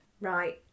Right